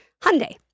Hyundai